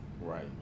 right